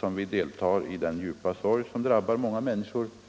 alla deltar i den djupa sorg som nu drabbat många människor.